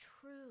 true